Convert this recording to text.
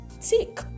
tick